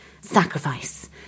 sacrifice